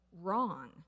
wrong